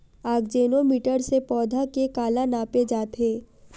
आकजेनो मीटर से पौधा के काला नापे जाथे?